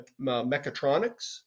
mechatronics